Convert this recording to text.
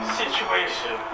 situation